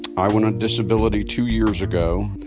i went on disability two years ago,